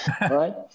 right